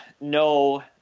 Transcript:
no